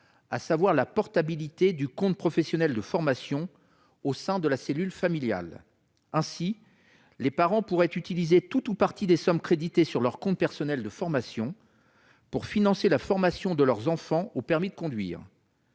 l'État : la portabilité du compte personnel de formation (CPF) au sein de la cellule familiale. Ainsi, les parents pourraient utiliser tout ou partie des sommes créditées sur leur compte personnel de formation pour financer la formation de leurs enfants au permis de conduire.